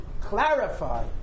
clarify